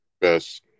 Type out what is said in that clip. best